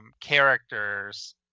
characters